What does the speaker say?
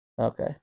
Okay